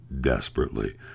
desperately